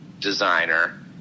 designer